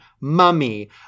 mummy